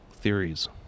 theories